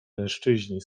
mężczyźni